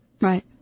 Right